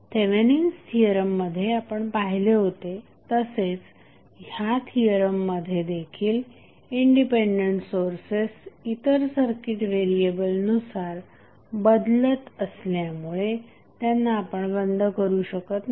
Thevenin's थिअरममध्ये आपण पाहिले होते तसेच या थिअरममध्ये देखील इंडिपेंडेंट सोर्सेस इतर सर्किट व्हेरिएबलनुसार बदलत असल्यामुळे त्यांना आपण बंद करू शकत नाही